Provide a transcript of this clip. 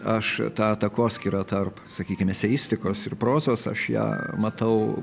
aš tą takoskyrą tarp sakykime eseistikos ir prozos aš ją matau